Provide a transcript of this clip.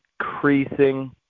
increasing